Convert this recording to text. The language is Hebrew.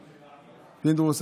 פינדרוס,